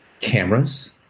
cameras